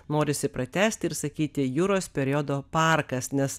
norisi pratęsti ir sakyti juros periodo parkas nes